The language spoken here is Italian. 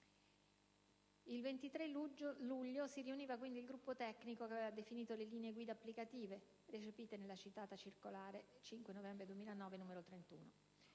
23 luglio si riuniva quindi il gruppo tecnico che aveva definito le linee guida applicative, recepite nella citata circolare 5 novembre 2009, n. 31.